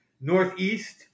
northeast